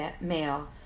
male